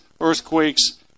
earthquakes